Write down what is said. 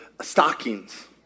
stockings